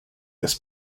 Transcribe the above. this